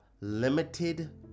limited